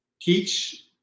teach